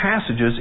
passages